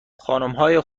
خانمهای